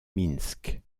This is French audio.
minsk